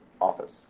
office